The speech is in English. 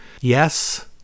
Yes